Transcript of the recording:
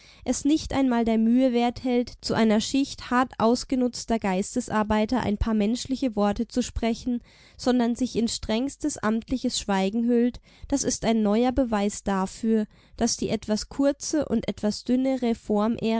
es nicht einmal der mühe wert hält zu einer schicht hart ausgenutzter geistesarbeiter ein paar menschliche worte zu sprechen sondern sich in strengstes amtliches schweigen hüllt das ist ein neuer beweis dafür daß die etwas kurze und etwas dünne